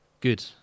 Good